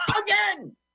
Again